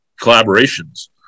collaborations